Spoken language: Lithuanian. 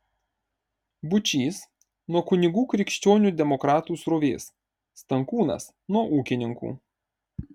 būčys nuo kunigų krikščionių demokratų srovės stankūnas nuo ūkininkų